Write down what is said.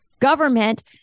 government